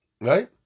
Right